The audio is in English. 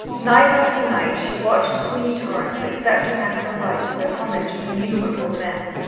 night after night she watched queenie torrance accepting as her right the homage of innumerable men,